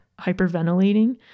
hyperventilating